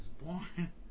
born